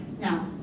Now